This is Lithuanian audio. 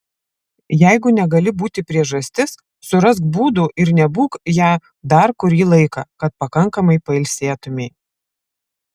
jeigu negali būti priežastis surask būdų ir nebūk ja dar kurį laiką kad pakankamai pailsėtumei